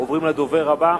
עוברים לדובר הבא.